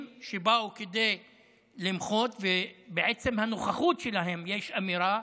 שבאו כדי למחות ובעצם הנוכחות שלהם יש אמירה.